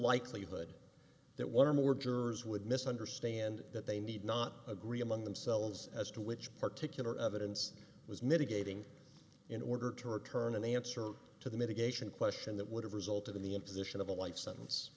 likelihood that one or more jurors would misunderstand that they need not agree among themselves as to which particular evidence was mitigating in order to return an answer to the mitigation question that would have resulted in the imposition of a life sentence